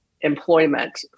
employment